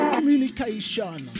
Communication